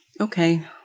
okay